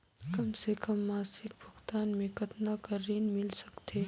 कम से कम मासिक भुगतान मे कतना कर ऋण मिल सकथे?